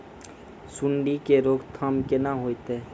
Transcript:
सुंडी के रोकथाम केना होतै?